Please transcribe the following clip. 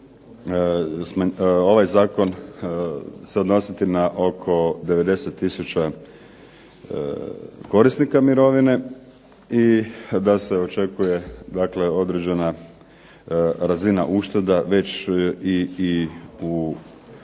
ovaj zakon se odnositi na oko 90 tisuća korisnika mirovine i da se očekuje dakle određena razina ušteda već i u toku